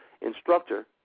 instructor